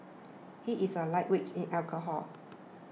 he is a lightweight in alcohol